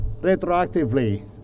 retroactively